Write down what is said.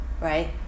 right